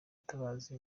mutabazi